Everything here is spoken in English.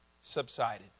subsided